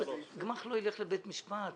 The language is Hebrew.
גמ"ח לא ילך לבית משפט.